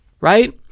right